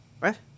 right